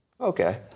Okay